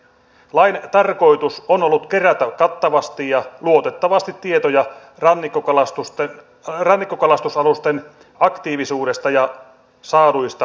lain tarkoitus on ollut kerätä kattavasti ja luotettavasti tietoja rannikkokalastusalusten aktiivisuudesta ja saaduista saaliista